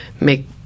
make